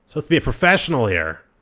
so let's be professional here!